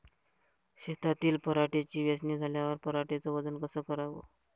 शेतातील पराटीची वेचनी झाल्यावर पराटीचं वजन कस कराव?